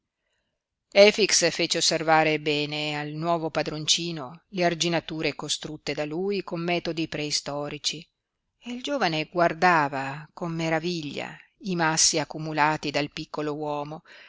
efix fece osservare bene al nuovo padroncino le arginature costrutte da lui con metodi preistorici e il giovane guardava con meraviglia i massi accumulati dal piccolo uomo